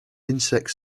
insects